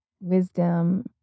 wisdom